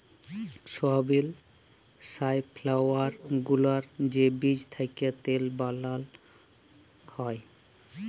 সয়াবিল, sunflower গুলার যে বীজ থ্যাকে তেল বালাল হ্যয়